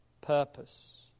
purpose